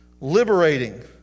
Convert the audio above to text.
liberating